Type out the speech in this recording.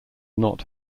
not